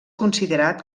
considerat